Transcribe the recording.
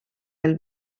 del